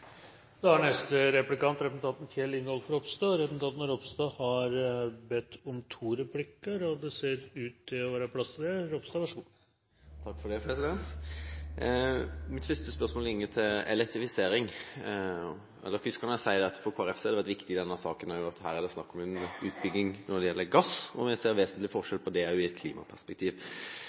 Neste replikant er representanten Kjell Ingolf Ropstad. Representanten Ropstad har bedt om to replikker, og det ser ut til å være plass til det. Mitt spørsmål er om elektrifisering. Men først kan jeg si at for Kristelig Folkeparti har det vært viktig at det i denne saken er snakk om en utbygging når det gjelder gass – og vi ser vesentlig forskjell på det, også i et klimaperspektiv.